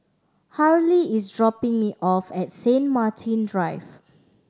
Harley is dropping me off at Saint Martin Drive